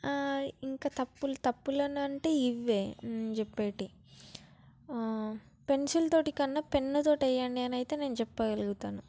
ఇంకా తప్పులు తప్పులని అంటే ఇవే నేను చెప్పేవి పెన్సిల్ తోటి కన్నా పెన్నుతోటి వేయండి అని అయితే నేను చెప్పగలుగుతాను